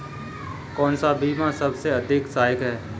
कौन सा बीमा सबसे अधिक सहायक है?